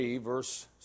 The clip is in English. verse